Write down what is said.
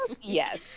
Yes